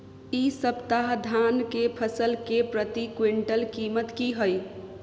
इ सप्ताह धान के फसल के प्रति क्विंटल कीमत की हय?